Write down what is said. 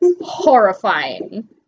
horrifying